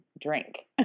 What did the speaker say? drink